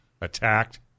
attacked